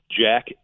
Jack